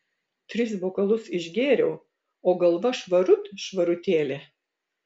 tris bokalus išgėriau o galva švarut švarutėlė